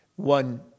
One